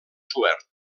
suert